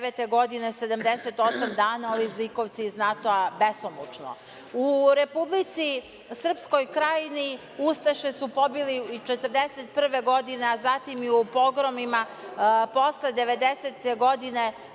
godine 78 dana, ovi zlikovci iz NATO-a besomučno. U Republici Srpskoj Krajini ustaše su pobili 1941. godine, a zatim i u pogromima posle 90-e godine